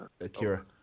Akira